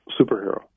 superhero